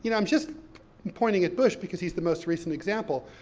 you know i'm just pointing at bush, because he's the most recent example.